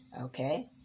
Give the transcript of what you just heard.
Okay